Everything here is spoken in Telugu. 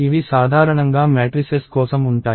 ఇవి సాధారణంగా మ్యాట్రిసెస్ కోసం ఉంటాయి